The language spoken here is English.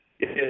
Yes